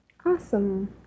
Awesome